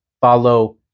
follow